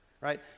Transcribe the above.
Right